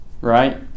right